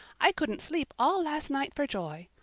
i couldn't sleep all last night for joy.